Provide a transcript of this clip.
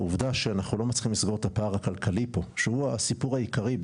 העובדה שאנחנו לא מצליחים לסגור את הפער הכלכלי פה שהוא הסיפור העיקרי,